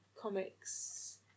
comics